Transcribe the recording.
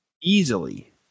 Easily